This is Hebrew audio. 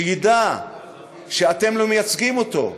שידע שאתם לא מייצגים אותו,